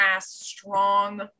strong